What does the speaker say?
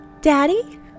Daddy